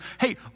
hey